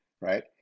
right